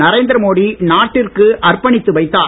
நரேந்திரமோடி நாட்டிற்கு அர்ப்பணித்து வைத்தார்